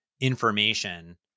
information